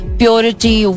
purity